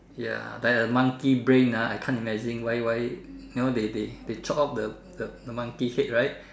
ya like a monkey brain ah I can't imagine why why now they they they chopped off the the monkey head right